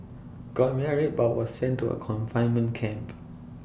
got married but was sent to A confinement camp